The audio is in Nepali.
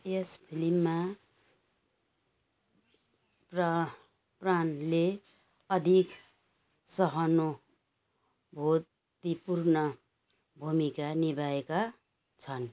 यस फिल्ममा र प्राणले अधिक सहानुभूतिपूर्ण भूमिका निभाएका छन्